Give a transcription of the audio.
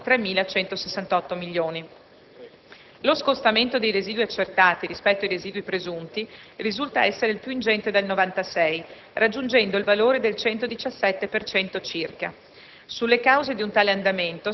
delle infrastrutture e trasporti (3.168 milioni). Lo scostamento dei residui accertati rispetto ai residui presunti risulta essere il più ingente dal 1996, raggiungendo il valore del 117 per